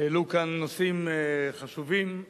העלו כאן נושאים חשובים.